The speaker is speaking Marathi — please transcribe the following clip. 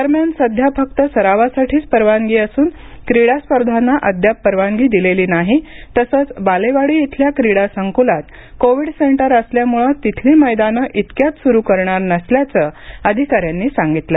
दरम्यान सध्या फक्त सरावासाठीच परवानगी असून क्रीडा स्पर्धांना अद्याप परवानगी दिलेली नाही तसंच बालेवाडी इथल्या क्रीडा संकुलात कोविड सेंटर असल्यामुळे तिथली मैदानं इतक्यात सुरू करणार नसल्याचं आधिकाऱ्यांनी सांगितलं